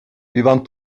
vivant